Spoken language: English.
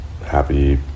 happy